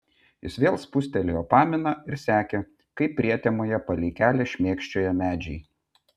jis vėl spustelėjo paminą ir sekė kaip prietemoje palei kelią šmėkščioja medžiai